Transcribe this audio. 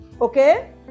Okay